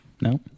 No